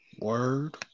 Word